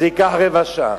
זה ייקח רבע שעה.